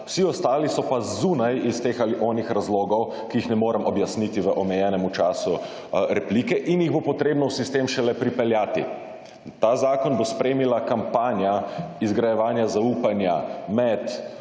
Vsi ostali so pa zunaj iz teh ali onih razlogov, ki jih ne morem objasniti v omejenemu času replike in jih bo potrebno v sistem šele pripeljati. Ta zakon bo spremila kampanja izgrajevanja zaupanja med